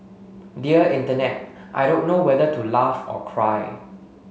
dear Internet I don't know whether to laugh or cry